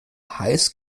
heiß